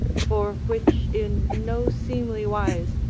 for which in no seemly wise,